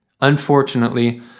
Unfortunately